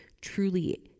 truly